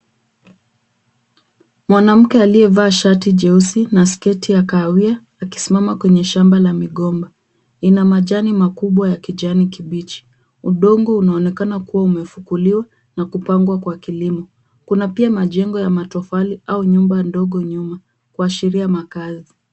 Mwanamke aliyevaa shati jeusi na sketi ya kahawia akisimama kwenye shamba la migomba. Ina majani makubwa ya kijani kibichi. Udongo unaonekana kuwa umefukuliwa na kupangwa kwa kilimo. Kuna pia majengo ya matofali au nyumba ndogo kuashiria makazi.